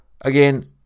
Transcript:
again